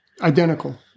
Identical